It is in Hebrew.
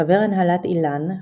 חבר הנהלת איל"ן,